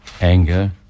anger